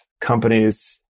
companies